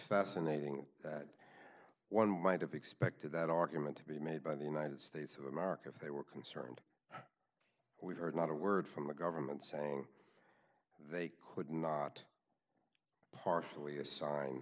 fascinating that one might have expected that argument to be made by the united states of america if they were concerned we heard not a word from the government saying they could not partially assign